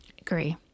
Agree